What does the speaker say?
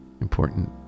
important